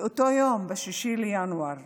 באותו יום, ב-6 בינואר,